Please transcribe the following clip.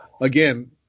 again